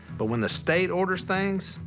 but when the state orders things,